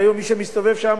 היום מי שמסתובב שם,